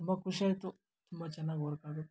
ತುಂಬ ಖುಷಿ ಆಯಿತು ತುಂಬ ಚೆನ್ನಾಗ್ ವರ್ಕ್ ಆಗುತ್ತೆ